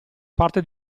parte